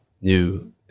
new